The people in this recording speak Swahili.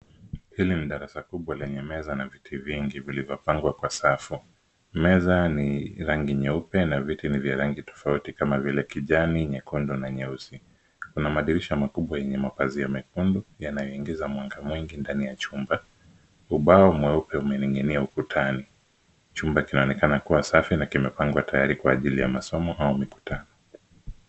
Hili ni darasa kubwa lenye meza na viti vingi vilivyopangwa kwa safu. Meza ni rangi nyeupe na viti ni vya rangi tofauti kama vile; kijani, nyekundu na nyeusi. Kuna madirisha makubwa yenye mapazia mekundu, yanayoingiza mwanga mwingi ndani ya chumba. Ubao mweupe umening'inia ukutani. Chumba kinaonekana kuwa safi na kimepangwa tayari kwa ajili ya masomo au mikutano.